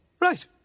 Right